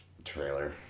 Trailer